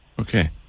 Okay